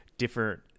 different